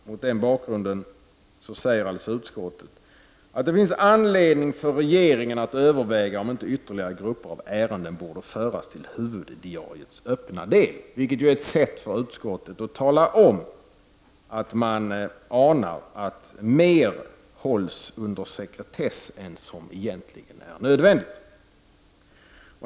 Mot den bakgrunden säger utskottet att det finns anledning för regeringen ”att överväga om inte ytterligare grupper av ärenden borde föras till huvuddiariets öppna del”, vilket ju är ett sätt för utskottet att tala om att man anar att mer hålls under sekretess än som egentligen är nödvändigt.